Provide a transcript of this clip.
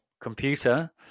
computer